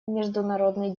международный